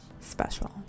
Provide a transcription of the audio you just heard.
special